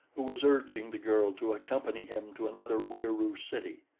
who was urging the girl to accompany him to another wieroo city.